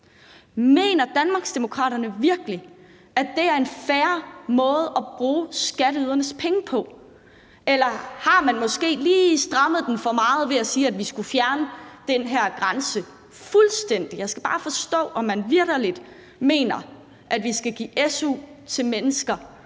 Mener Danmarksdemokraterne virkelig, at det er en fair måde at bruge skatteydernes penge på? Eller har man måske lige strammet den for meget ved at sige, at vi skulle fjerne den her grænse fuldstændig? Jeg skal bare forstå, om man vitterlig mener, at vi skal give su til mennesker,